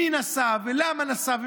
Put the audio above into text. מי נסע, למה נסע?